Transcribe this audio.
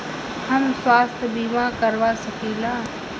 हम स्वास्थ्य बीमा करवा सकी ला?